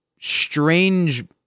strange